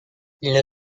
ils